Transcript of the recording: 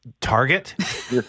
target